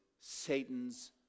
Satan's